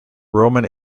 roman